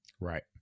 Right